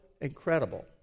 incredible